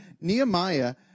Nehemiah